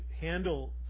handle